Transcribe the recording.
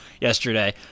yesterday